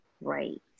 right